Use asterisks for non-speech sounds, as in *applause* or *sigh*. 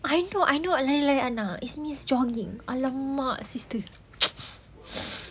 I know I know lain lain is miss jogging !alamak! sister *noise*